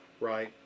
Right